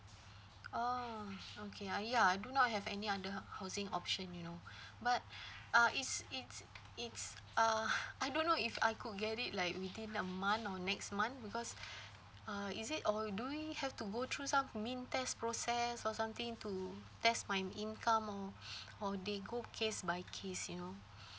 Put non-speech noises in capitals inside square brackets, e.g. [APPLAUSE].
oh okay uh ya I do not have any other housing option you know but uh it's it's it's uh [LAUGHS] I don't know if I could get it like within a month or next month because uh is it or do we have to go through some mean test process or something to test my income or or they go case by case you know